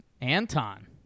Anton